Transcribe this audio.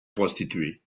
prostituée